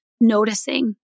noticing